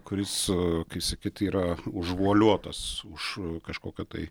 kuris kaip sakyt yra užvoliuotas už kažkokią tai